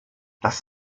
das